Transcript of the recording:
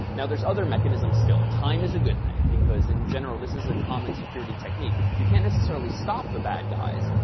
now, there's other mechanisms still. time is a good thing because, in general, this is a common security technique. you can't necessarily stop the bad guys,